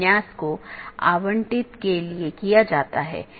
यह कनेक्टिविटी का तरीका है